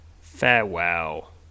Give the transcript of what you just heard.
farewell